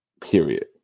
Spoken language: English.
Period